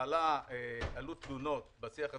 עלו תלונות בשיח הציבורי,